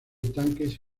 tanques